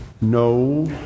no